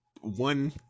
one